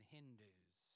Hindus